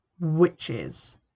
witches